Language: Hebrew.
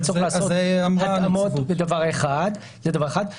יהיה צורך לעשות התאמות.